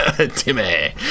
timmy